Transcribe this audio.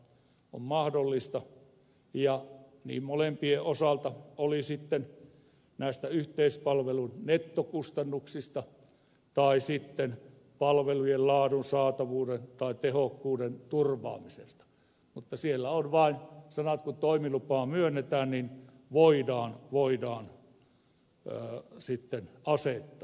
se on mahdollista niiden molempien osalta oli kyse sitten näistä yleispalvelun nettokustannuksista tai palvelujen laadun saatavuuden tai tehokkuuden turvaamisesta mutta siellä on vain sanat kun toimilupaa myönnetään että voidaan asettaa sitten nämä ehdot